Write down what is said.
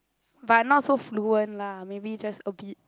but not so fluent lah maybe just a bit